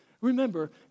Remember